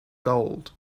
gold